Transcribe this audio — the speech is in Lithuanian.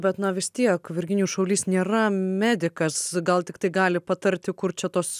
bet na vis tiek virginijus šaulys nėra medikas gal tik tai gali patarti kur čia tos